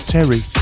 Terry